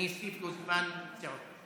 אני אוסיף לו זמן פציעות.